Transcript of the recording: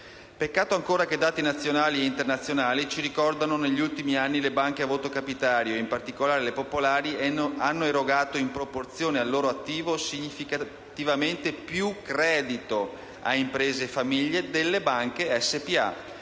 Peccato ancora che dati nazionali ed internazionali ci ricordano che, negli ultimi anni, le banche a voto capitario, e in particolare le popolari, hanno erogato, in proporzione al loro attivo, significativamente più credito ad imprese e famiglie delle banche SpA,